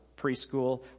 preschool